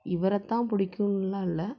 இவரைத்தான் புடிக்கும்னுலாம் இல்லை